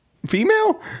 female